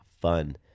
fun